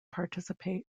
participate